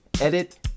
edit